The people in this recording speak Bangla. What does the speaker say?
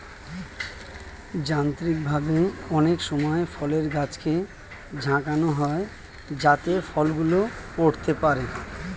যান্ত্রিকভাবে অনেক সময় ফলের গাছকে ঝাঁকানো হয় যাতে ফল গুলো পড়তে পারে